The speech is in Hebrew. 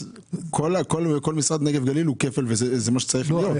כל משרד נגב גליל הוא כפל, אבל זה מה שצריך להיות.